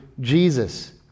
Jesus